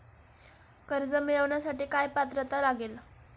कर्ज मिळवण्यासाठी काय पात्रता लागेल?